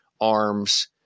arms